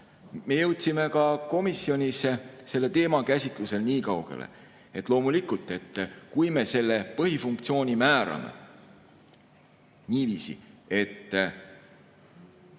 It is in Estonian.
Me jõudsime ka komisjonis selle teema käsitlusel nii kaugele: loomulikult, et kui me selle põhifunktsiooni määrame niiviisi, et